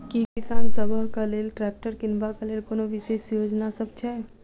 की किसान सबहक लेल ट्रैक्टर किनबाक लेल कोनो विशेष योजना सब छै?